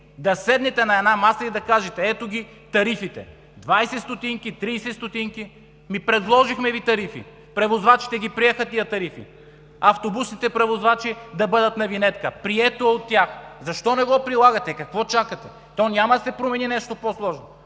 Да седнете на една маса и да кажете: „Ето ги тарифите – двадесет, тридесет стотинки.“ Предложихме Ви тарифи. Превозвачите приеха тези тарифи: автобусите – превозвачи, да бъдат на винетка, прието е от тях. Защо не го прилагате, какво чакате? Няма да се промени с нещо по-сложно.